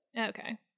Okay